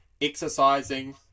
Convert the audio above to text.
exercising